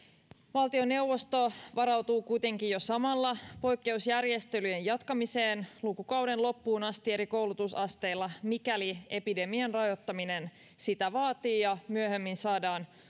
valtioneuvosto varautuu kuitenkin jo samalla poikkeusjärjestelyjen jatkamiseen lukukauden loppuun asti eri koulutusasteilla mikäli epidemian rajoittaminen sitä vaatii ja myöhemmin saadaan